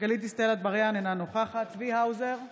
גלית דיסטל אטבריאן, אינה נוכחת צבי האוזר,